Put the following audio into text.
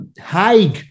high